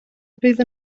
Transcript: fydd